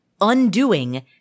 undoing